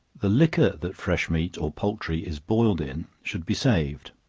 the liquor that fresh meat, or poultry, is boiled in, should be saved,